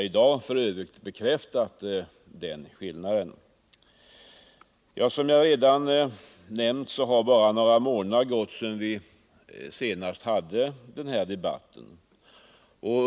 i dag bekräftat den skillnaden. Som jag nämnde har bara några månader gått sedan vi senast hade denna debatt.